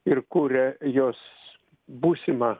ir kuria jos būsimą